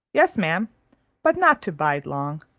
yes, ma'am but not to bide long.